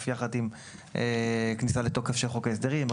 יחד עם כניסה לתוקף של חוק ההסדרים,